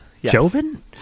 Joven